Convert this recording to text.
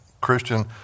Christian